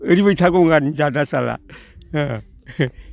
ओरैबायदिथार गंगारनि जादा साला अ